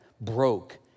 broke